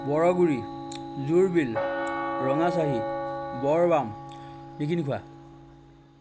Borguri Jurbil Rangachahi Borbam Niginikhowa